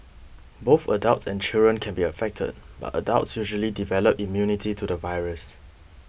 both adults and children can be affected but adults usually develop immunity to the virus